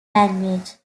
language